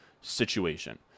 situation